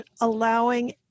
allowing